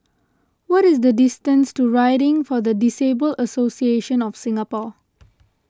what is the distance to Riding for the Disabled Association of Singapore